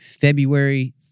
February